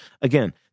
Again